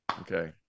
Okay